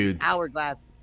Hourglass